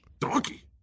Donkey